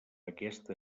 aquesta